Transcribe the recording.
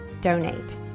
donate